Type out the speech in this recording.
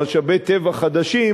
ממשאבי טבע חדשים,